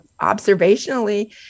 observationally